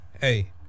Hey